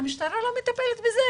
שהמשטרה לא מטפלת בזה.